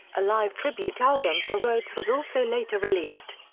a live tribute album for rhoads was also later released.